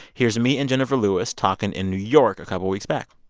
here's me and jenifer lewis talking in new york a couple of weeks back